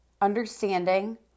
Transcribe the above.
understanding